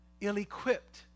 ill-equipped